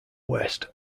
west